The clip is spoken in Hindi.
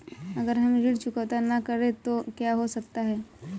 अगर हम ऋण चुकता न करें तो क्या हो सकता है?